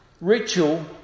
ritual